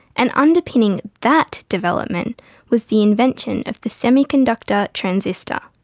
and underpinning that development was the invention of the semiconductor transistor.